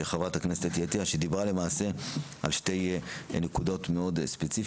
חברת הכנסת אתי עטיה שדיברה על שתי נקודות ספציפיות.